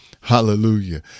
hallelujah